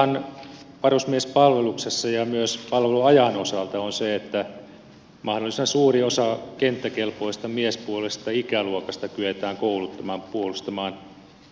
oleellistahan varusmiespalveluksessa ja myös palveluajan osalta on se että mahdollisimman suuri osa kenttäkelpoisesta miespuolisesta ikäluokasta kyetään kouluttamaan puolustamaan